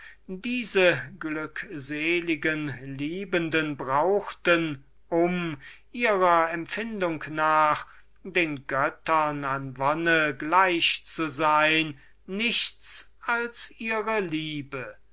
diese glückseligen liebenden brauchten um ihrer empfindung nach den göttern an wonne gleich zu sein nichts als ihre liebe